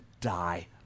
die